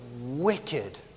wicked